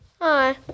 Hi